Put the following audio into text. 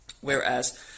Whereas